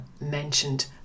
mentioned